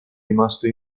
rimasto